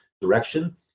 direction